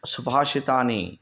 सुभाषितानि